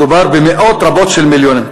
מדובר במאות רבות של מיליונים,